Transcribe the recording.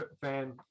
fan